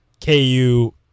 KU